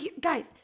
guys